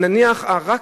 נניח, רק